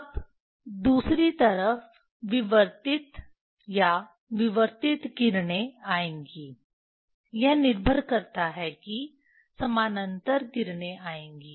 अब दूसरी तरफ विवर्तित या विवर्तित किरणें आएंगी यह निर्भर करता है कि समानांतर किरणें आएंगी